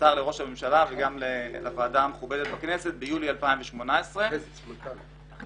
נמסר לראש הממשלה וגם לוועדה המכובדת בכנסת ביולי 2018. בסמיכות